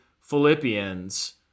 Philippians